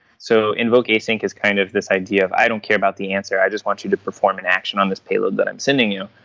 so invokeasync is kind of this idea of i don't care about the answer. i just want you to perform an action on this payload that i'm sending you.